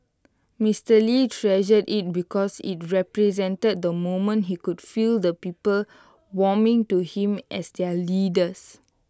Mister lee treasured IT because IT represented the moment he could feel the people warming to him as their leaders